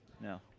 No